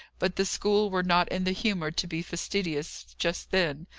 but the school were not in the humour to be fastidious just then.